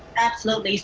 absolutely.